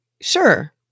sure